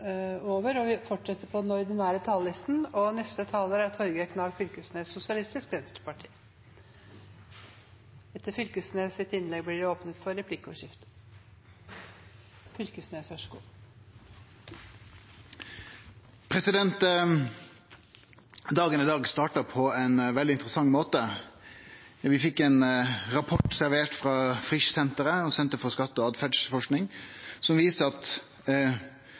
over. Dagen i dag starta på ein veldig interessant måte. Vi fekk ein rapport servert frå Frischsenteret og Senter for skatte- og adferdsforskning som viser at